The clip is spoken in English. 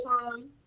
time